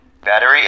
Battery